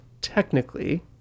technically